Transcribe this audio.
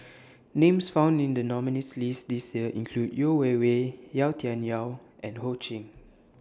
Names found in The nominees' list This Year include Yeo Wei Wei Yau Tian Yau and Ho Ching